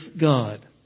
God